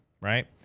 right